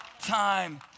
time